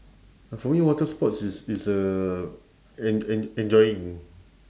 uh for me water sports is is a en~ en~ enjoying